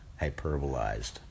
hyperbolized